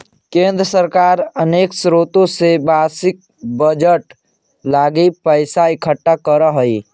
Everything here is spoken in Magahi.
केंद्र सरकार अनेक स्रोत से वार्षिक बजट लगी पैसा इकट्ठा करऽ हई